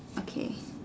okay